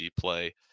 play